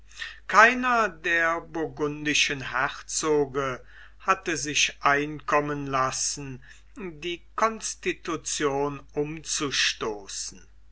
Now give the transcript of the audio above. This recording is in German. keiner der burgundischen herzoge hatte sich einkommen lassen die constitution umzustoßen